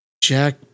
Jack